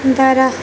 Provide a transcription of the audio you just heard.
درخت